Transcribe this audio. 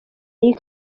iyi